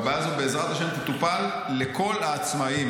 והבעיה הזאת, בעזרת השם, תטופל לכל העצמאים.